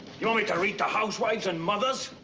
you want me to read to housewives and mothers?